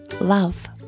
love